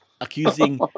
accusing